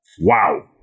Wow